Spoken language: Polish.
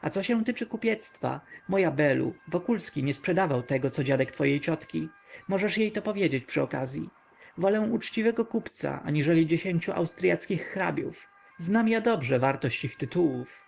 a co się tyczy kupiectwa moja belu wokulski nie sprzedawał tego co dziadek twojej ciotki możesz jej to powiedzieć przy okazyi wolę uczciwego kupca aniżeli dziesięciu austryackich hrabiów znam ja dobrze wartość ich tytułów